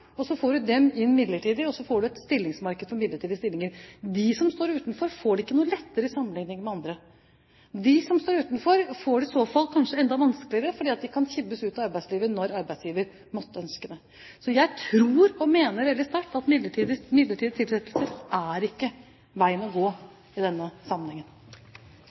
får unge mennesker inn midlertidig, og så får man et stillingsmarked for midlertidige stillinger. De som står utenfor, får det ikke noe lettere sammenliknet med andre. De som står utenfor, får det i så fall kanskje enda vanskeligere, for de kan kibbes ut av arbeidslivet når arbeidsgiver måtte ønske det. Så jeg tror og mener veldig sterkt at midlertidige tilsettinger ikke er veien å gå i denne sammenhengen.